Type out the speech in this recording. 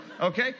okay